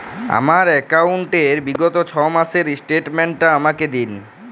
আমার অ্যাকাউন্ট র বিগত ছয় মাসের স্টেটমেন্ট টা আমাকে দিন?